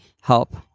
help